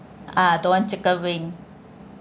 ah don't want chicken wing